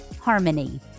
harmony